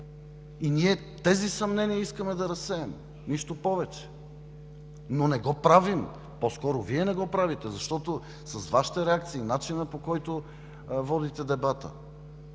Ние тези съмнения искаме да разсеем, нищо повече! Но не го правим. По-скоро Вие не го правите, защото с Вашите реакции и с начина, по който водите дебата